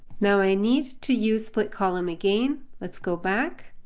now i need to use split column again, let's go back.